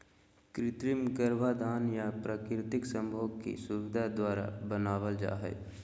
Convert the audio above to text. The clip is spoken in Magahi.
कृत्रिम गर्भाधान या प्राकृतिक संभोग की सुविधा द्वारा बनाबल जा हइ